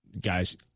guys